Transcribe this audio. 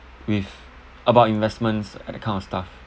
with about investments that kind of stuff